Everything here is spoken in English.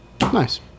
Nice